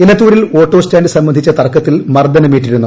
എലത്തൂരിൽ auto stand സംബ്രിസ്ട്രിച്ച തർക്കത്തിൽ മർദനമേറ്റിരുന്നു